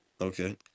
Okay